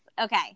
Okay